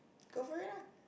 go for it lah